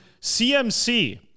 cmc